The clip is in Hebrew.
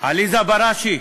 עליזה בראשי.